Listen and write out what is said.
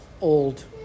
old